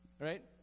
right